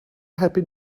happy